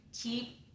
keep